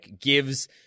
gives